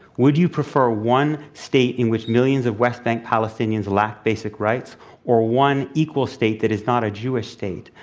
would you prefer one state in which millions of west bank palestinians palestinians lack basic rights or one equal state that is not a jewish state?